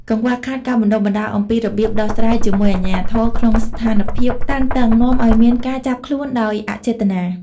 កង្វះខាតការបណ្តុះបណ្តាលអំពីរបៀបដោះស្រាយជាមួយអាជ្ញាធរក្នុងស្ថានភាពតានតឹង នាំឱ្យមានការចាប់ខ្លួនដោយអចេតនា។